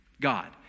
God